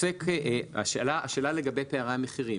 השאלה היא לגבי פערי המחירים,